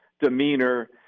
demeanor